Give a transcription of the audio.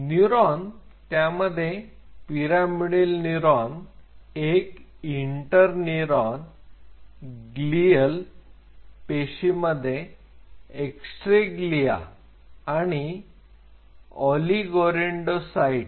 neuron त्यामध्ये pyramidal neuron एक interneuron 2 glial पेशीमध्ये एस्ट्रेग्लिया आणि ओलिगोडेंडरोसाइट्स